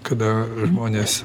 kada žmonės